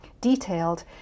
detailed